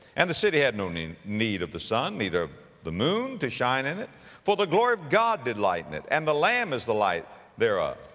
and the city had no ne, need of the sun, neither of the moon, to shine in it for the glory of god did lighten it, and the lamb is the light thereof.